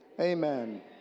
amen